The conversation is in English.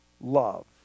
love